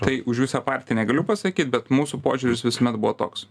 tai už visą partiją negaliu pasakyt bet mūsų požiūris visuomet buvo toks